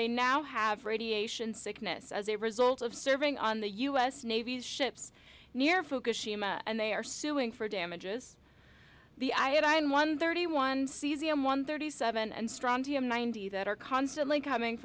they now have radiation sickness as a result of serving on the u s navy's ships near fukushima and they are suing for damages the i am one thirty one cesium one thirty seven and strontium ninety that are constantly coming